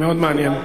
מה עמדתך?